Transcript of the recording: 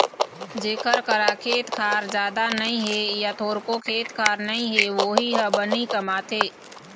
जेखर करा खेत खार जादा नइ हे य थोरको खेत खार नइ हे वोही ह बनी कमाथे